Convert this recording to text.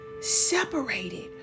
separated